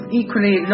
equally